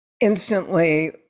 instantly